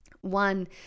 One